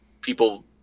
people